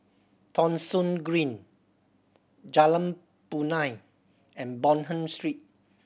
Thong Soon Green Jalan Punai and Bonham Street